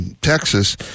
Texas